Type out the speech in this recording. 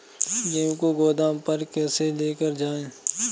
गेहूँ को गोदाम पर कैसे लेकर जाएँ?